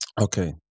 Okay